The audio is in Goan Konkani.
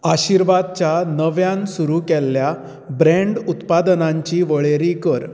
आशिर्वादच्या नव्यान सुरू केल्ल्या ब्रँड उत्पादनांची वळेरी कर